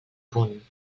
punt